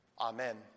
Amen